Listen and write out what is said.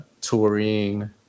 touring